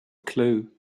clue